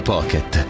Pocket